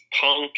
Punk